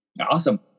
awesome